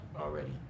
Already